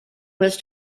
was